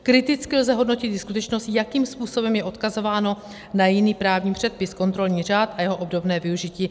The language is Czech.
Kriticky lze hodnotit i skutečnost, jakým způsobem je odkazováno na jiný právní předpis, kontrolní řád a jeho obdobné využití.